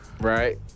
Right